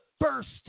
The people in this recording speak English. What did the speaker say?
first